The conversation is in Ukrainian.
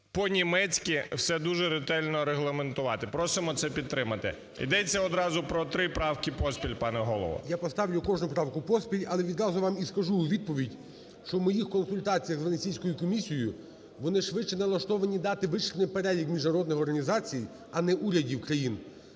по-німецьки все дуже ретельно регламентувати. Просимо це підтримати. Йдеться одразу про три правки поспіль, пане Голово. ГОЛОВУЮЧИЙ. Я поставлю кожну правку поспіль. Але відразу вам і скажу у відповідь, що у моїх консультаціях з Венеційською комісією, вони швидше налаштовані дати вичерпний перелік міжнародних організацій, а не урядів країн.